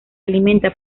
alimenta